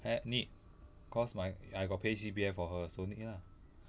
uh need cause my I got pay C_P_F for her so need lah